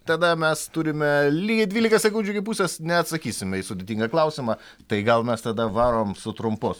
tada mes turime lygiai dvylika sekundžių iki pusės neatsakysime į sudėtingą klausimą tai gal mes tada varom su trumposio